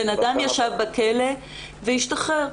אדם ישב בכלא והשתחרר,